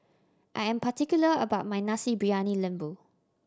I am particular about my Nasi Briyani Lembu